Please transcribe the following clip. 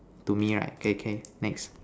to me right okay okay next